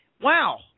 wow